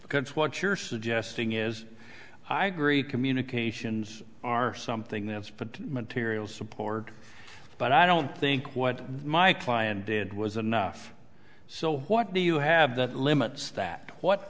because what you're suggesting is i agree communications are something that's put material support but i don't think what my client did was enough so what do you have that limits that what